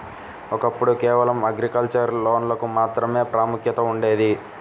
ఒకప్పుడు కేవలం అగ్రికల్చర్ లోన్లకు మాత్రమే ప్రాముఖ్యత ఉండేది